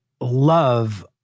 love